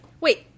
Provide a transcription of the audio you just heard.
Wait